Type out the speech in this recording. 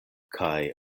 kaj